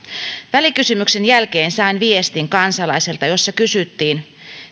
välikysymyksen jälkeen sain viestin kansalaiselta jossa kysyttiin